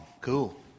Cool